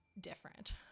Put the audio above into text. different